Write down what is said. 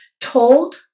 told